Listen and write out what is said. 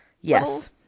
Yes